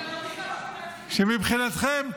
שמבחינתכם,